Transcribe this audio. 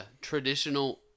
traditional